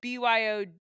BYO